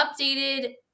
updated